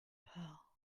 pearl